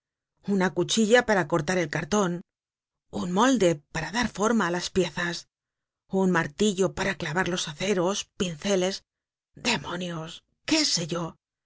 una cuchilla para cortar el carton un molde para dar for ma á las piezas un martillo para clavar los aceros pinceles demonios qué se yo